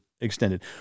extended